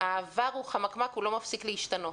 "העבר הוא חמקמק, הוא לא מפסיק להשתנות".